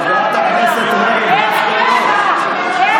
חברת הכנסת רגב, דווקא לא.